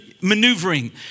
maneuvering